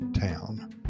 town